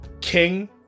King